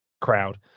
crowd